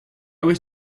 wish